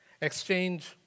exchange